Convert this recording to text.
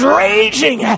raging